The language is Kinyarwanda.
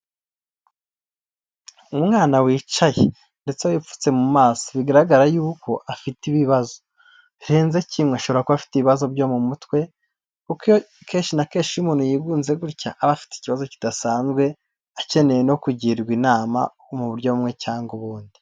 Umwana wicaye ndetse wipfutse mu maso bigaragara y'uko afite ibibazo birenze kimwemu ashoborara ko afite ibibazo byo mu mutwe kuko kenshi nabkenshi iyo umuntu yigunze gutya aba afite ikibazo kidasanzwe akeneye no kugirwa inama mu buryo bumwe cyangwa ubundi.